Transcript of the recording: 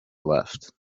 left